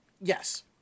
yes